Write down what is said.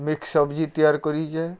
mix ସବ୍ଜି ତିଆର୍ କରିଚେ